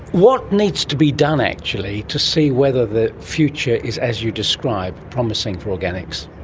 what needs to be done actually to see whether the future is as you describe, promising for organics?